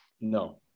No